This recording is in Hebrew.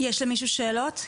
יש למישהו שאלות?